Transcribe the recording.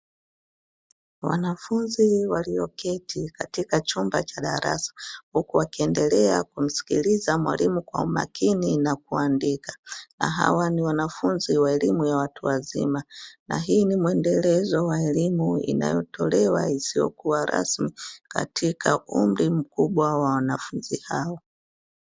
Wanafunzi walio keti katika chumba cha darasa huku wakiendelea kumsikiliza mwalimu wa umakini na kuandika, hawa ni wanafunzi wa elimu ya watu wazima na hii ni mwendelezo wa elimu inayotolewa isiyo kuwa rasmi katika umri mkubwa wa wanafunzi hao.